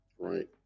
Right